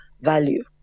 value